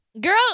Girl